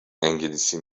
انگلیسی